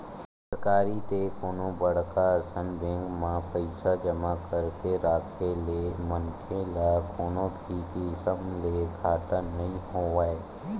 सरकारी ते कोनो बड़का असन बेंक म पइसा जमा करके राखे ले मनखे ल कोनो भी किसम ले घाटा नइ होवय